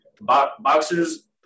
Boxers